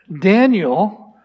Daniel